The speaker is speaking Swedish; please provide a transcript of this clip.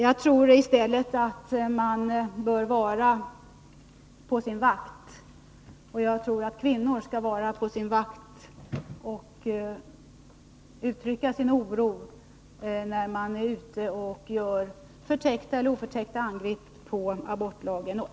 Jag tror i stället att man bör vara på sin vakt. Kvinnorna bör vara vaksamma och uttrycka sin oro när det görs förtäckta eller oförtäckta angrepp mot abortlagen.